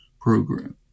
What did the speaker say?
program